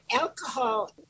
Alcohol